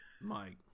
Mike